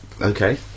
Okay